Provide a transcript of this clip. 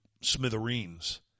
smithereens